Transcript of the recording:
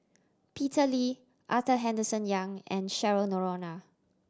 Peter Lee Arthur Henderson Young and Cheryl Noronha